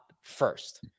first